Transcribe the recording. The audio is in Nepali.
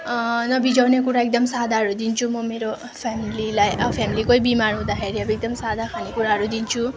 नबिझाउने कुरा एकदम सादाहरू दिन्छु म मेरो फेमेलीलाई फेमेली कोही बिमार हुँदा एकदम सादा खाने कुरा दिन्छु